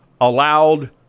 allowed